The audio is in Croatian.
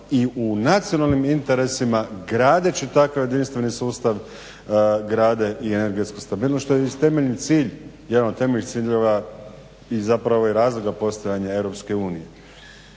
i u nacionalnim interesima gradeći takav jedinstveni sustav grade i energetsku stabilnost što je temeljni cilj, jedan od temeljnih ciljeva, i zapravo i razlog postojanja EU.